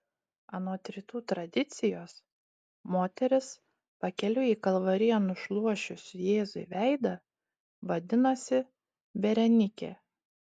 anot rytų tradicijos moteris pakeliui į kalvariją nušluosčiusi jėzui veidą vadinosi berenikė